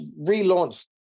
relaunched